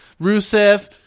Rusev